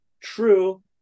true